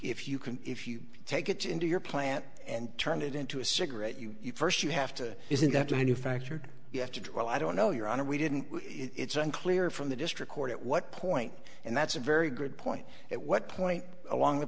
if you can if you take it into your plant and turn it into a cigarette you first you have to isn't that the new factor you have to do well i don't know your honor we didn't it's unclear from the district court at what point and that's a very good point at what point along the